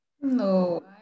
No